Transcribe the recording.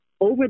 Over